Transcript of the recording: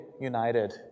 united